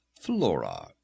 Flora